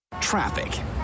Traffic